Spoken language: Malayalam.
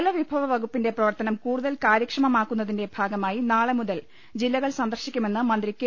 ജലവിഭവ വകുപ്പിന്റെ പ്രവർത്തനം കൂടുതൽ കാര്യക്ഷമമാക്കുന്നതിന്റെ ഭാഗമായി നാളെ മുതൽ ജില്ലകൾ സന്ദർശിക്കുമെന്ന് മന്ത്രി കെ